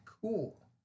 cool